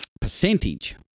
percentage